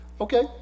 Okay